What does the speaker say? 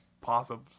possums